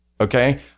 okay